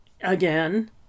again